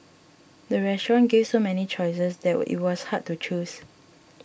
the restaurant gave so many choices that will it was hard to choose